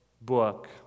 book